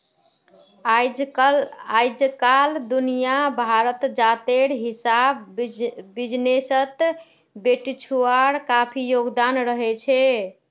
अइजकाल दुनिया भरत जातेर हिसाब बिजनेसत बेटिछुआर काफी योगदान रहछेक